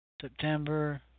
September